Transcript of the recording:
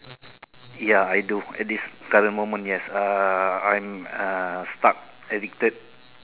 ya I do at this current moment yes uh I'm uh stuck addicted